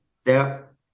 step